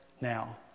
now